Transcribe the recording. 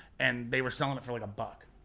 and they were selling it for like a buck.